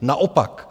Naopak